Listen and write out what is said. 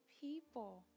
people